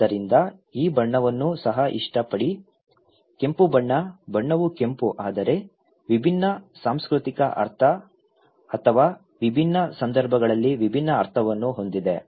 ಆದ್ದರಿಂದ ಈ ಬಣ್ಣವನ್ನು ಸಹ ಇಷ್ಟಪಡಿ ಕೆಂಪು ಬಣ್ಣ ಬಣ್ಣವು ಕೆಂಪು ಆದರೆ ವಿಭಿನ್ನ ಸಾಂಸ್ಕೃತಿಕ ಅಥವಾ ವಿಭಿನ್ನ ಸಂದರ್ಭಗಳಲ್ಲಿ ವಿಭಿನ್ನ ಅರ್ಥವನ್ನು ಹೊಂದಿದೆ